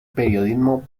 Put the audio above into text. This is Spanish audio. periodismo